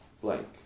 blank